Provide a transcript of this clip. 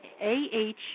A-H